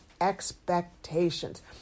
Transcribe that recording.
expectations